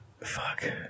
Fuck